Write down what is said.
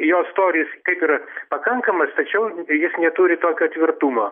jo storis kaip ir pakankamas tačiau jis neturi tokio tvirtumo